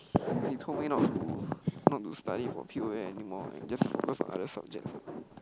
he told me not to not to study for P_O_A anymore and just focus on other subjects